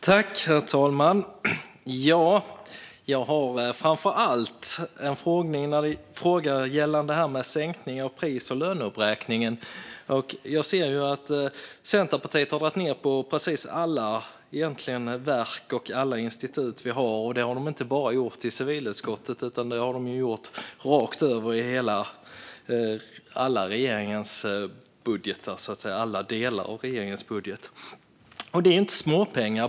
Herr talman! Jag har framför allt en fråga gällande det här med sänkning av pris och löneuppräkningen. Jag ser att Centerpartiet har dragit ned på precis alla verk och institut vi har. Det har man gjort inte bara i civilutskottets del utan rakt över i alla delar av regeringens budget. Och det är inte småpengar.